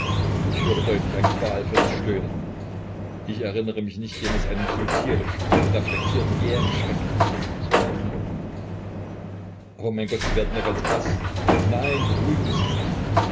ich höre deutlich ein qualvolles stöhnen ich erinnere mich nicht jemals einen so tierisch unreflektierten jähen schreck empfunden zu haben aber mein gott sie werden ja ganz blaß nein beruhigen sie sich